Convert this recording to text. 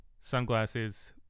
sunglasses